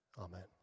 amen